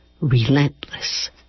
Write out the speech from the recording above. relentless